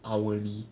hourly